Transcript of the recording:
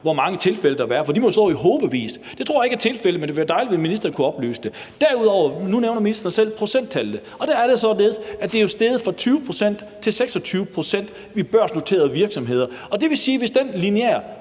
hvor mange tilfælde der har været. Der må jo være i hobevis. Det tror jeg ikke er tilfældet, men det ville være dejligt, hvis ministeren kunne oplyse om det. Nu nævner ministeren selv procenttallet. Og der er det således, at det jo er steget fra 20 pct. til 26 pct. i de børsnoterede virksomheder. Det vil sige, at hvis den lineære